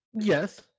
Yes